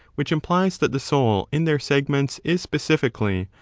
which implies that the soul in their segments is specifically,